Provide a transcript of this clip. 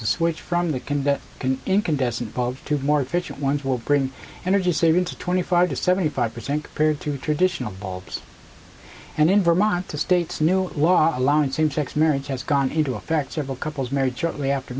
to switch from the can that can incandescent bulbs to more efficient ones will bring energy saving to twenty five to seventy five percent compared to traditional bulbs and in vermont to states new law allowing same sex marriage has gone into effect several couples married shortly after